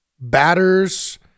batters